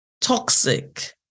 toxic